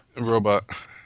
Robot